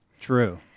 True